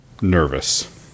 Nervous